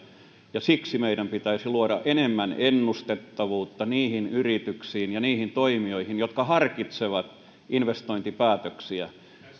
ja siksi meidän pitäisi luoda enemmän ennustettavuutta niihin yrityksiin ja niihin toimijoihin jotka harkitsevat investointipäätöksiä